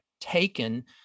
taken